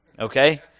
Okay